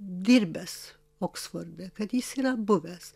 dirbęs oksforde kad jis yra buvęs